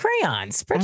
crayons